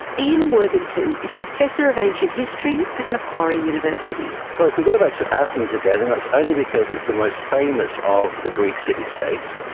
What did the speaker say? ian worthington is professor of ancient history at macquarie university. but if we go back to athens again, and that's only because it's the most famous of the greek city states,